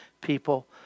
people